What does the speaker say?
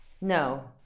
No